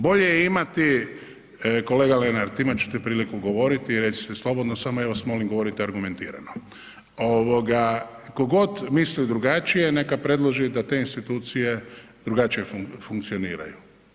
Bolje imati, kolega Lenart, imat ćete priliku govoriti, recite slobodno, samo ja vas molim, govorite argumentirano, tko god misli drugačije, neka predloži da te institucije drugačije funkcioniraju.